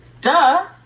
duh